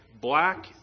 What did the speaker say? black